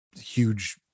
huge